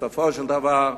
בסופו של דבר,